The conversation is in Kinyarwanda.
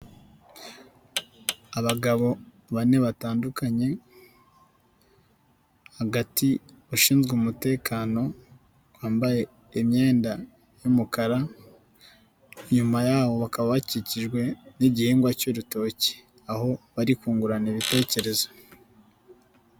Abagabo bane batandukanye, hagati abashinzwe umutekano bambaye imyenda y'umukara, inyuma yabo bakaba bakikijwe n'igihingwa cy'urutoki aho bari kungurana ibitekerezo.